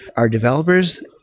our developers,